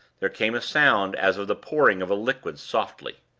there came a sound as of the pouring of a liquid softly.